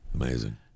amazing